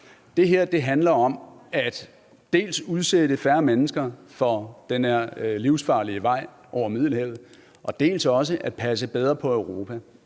Det her handler dels om at udsætte færre mennesker for den her livsfarlige vej over Middelhavet, dels om at passe bedre på Europa.